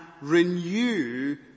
renew